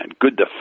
good